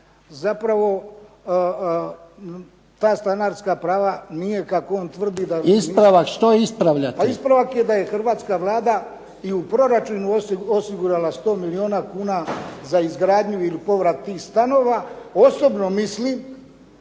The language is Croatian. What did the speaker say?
ispravljate? **Rebić, Niko (HDZ)** Pa ispravak je da je hrvatska Vlada i u proračunu osigurala 100 milijuna kuna za izgradnju ili povrat tih stanova. Osobno mislim